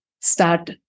start